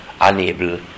unable